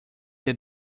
that